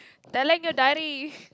telling your daddy